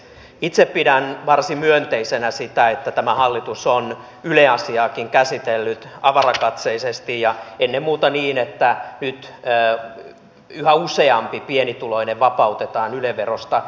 itse pidän varsin myönteisenä sitä että tämä hallitus on yle asiaakin käsitellyt avarakatseisesti ja ennen muuta niin että nyt yhä useampi pienituloinen vapautetaan yle verosta